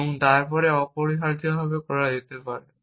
এবং তারপরে অপরিহার্যভাবে করা যেতে পারে